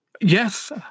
Yes